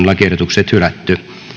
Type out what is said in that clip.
lakiehdotukset hylätään